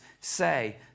Say